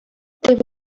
there